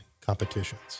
competitions